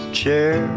chair